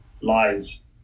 lies